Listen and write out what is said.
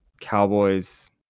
Cowboys